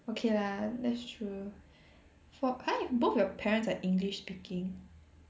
okay lah that's true for !huh! both your parents are English speaking